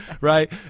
right